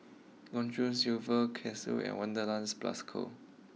long John Silver Casio and Wanderlust Plus Co